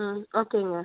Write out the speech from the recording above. ம் ஓகேங்க